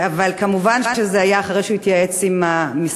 אבל מובן שזה היה אחרי שהוא התייעץ עם המשרד,